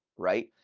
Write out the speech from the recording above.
right?